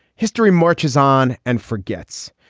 history marches on and forgets.